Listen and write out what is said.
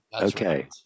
Okay